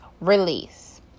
release